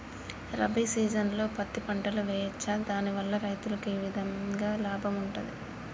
రబీ సీజన్లో పత్తి పంటలు వేయచ్చా దాని వల్ల రైతులకు ఏ విధంగా లాభం ఉంటది?